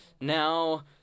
Now